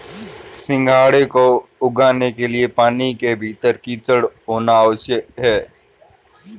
सिंघाड़े को उगाने के लिए पानी के भीतर कीचड़ होना आवश्यक है